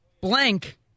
Blank